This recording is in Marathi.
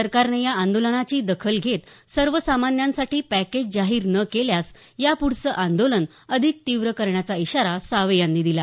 सरकारने या आंदोलनाची दखल घेत सर्वसामान्यांसाठी पॅकेज जाहीर न केल्यास या प्रढचं आंदोलन अधिक तीव्र करण्याचा इशारा सावे यांनी दिला